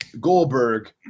Goldberg